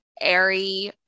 airy